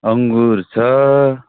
अङ्गुर छ